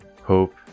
hope